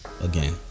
again